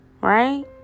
right